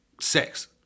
sex